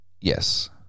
Yes